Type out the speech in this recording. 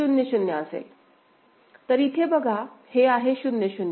तर इथे बघा हे आहे 0 0